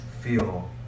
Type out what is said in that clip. feel